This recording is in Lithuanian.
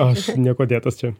aš niekuo dėtas čia